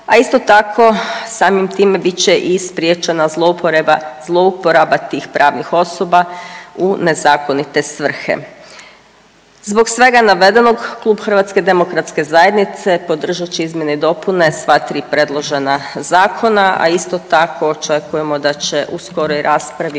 A isto tako samim time bit će i spriječena zlouporaba tih pravnih osoba u nezakonite svrhe. Zbog svega navedenog Klub HDZ-a podržat će izmjene i dopune sva tri predložena zakona, a isto tako očekujemo da će u skoroj raspravi